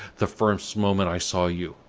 the first moment i saw you!